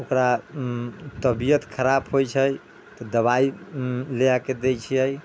ओकरा तबियत खराब होइ छै तऽ दबाइ ले आके दै छियै